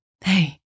Hey